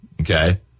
Okay